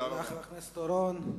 תודה לחבר הכנסת אורון.